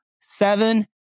seven